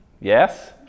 Yes